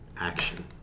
action